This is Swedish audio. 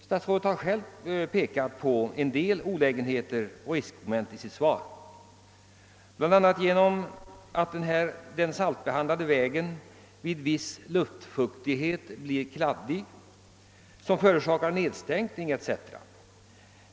<:Statsrådet har själv pekat på en del olägenheter och riskmoment med denna metod. Bland annat blir den saltbehandlade vägen vid viss luftfuktighet kladdig, vilket förorsakar nedstänkning av fordonen.